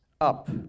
up